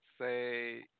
say